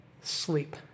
sleep